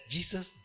Jesus